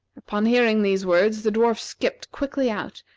upon hearing these words the dwarf skipped quickly out,